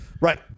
Right